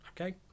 Okay